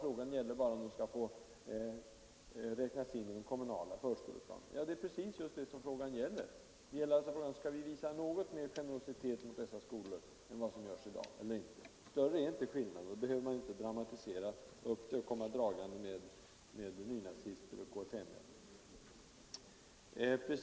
Frågan är bara om de skall få räknas in i den kommunala förskoleplanen. Ja, det är just det som frågan gäller: om vi skall visa någon större generositet mot dessa skolor än vad som sker i dag eller inte. Större är inte skillnaden, och den behöver inte dramatiseras med hänvisningar till risken för nynazister och kfml-are.